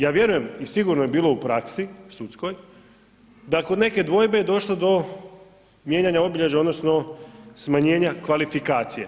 Ja vjerujem i sigurno je bilo u praksi, sudskoj da kod neke dvojbe je došlo do mijenjanja obilježja odnosno smanjenja kvalifikacije.